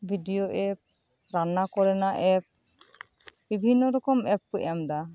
video ᱮᱯ ᱨᱟᱱᱱᱟ ᱠᱚᱨᱮᱱᱟᱜ ᱮᱯ ᱵᱤᱵᱷᱤᱱᱱᱚ ᱨᱚᱠᱚᱢ ᱮᱯ ᱠᱚ ᱮᱢ ᱮᱫᱟ